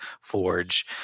forge